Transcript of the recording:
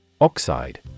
Oxide